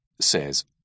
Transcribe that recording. says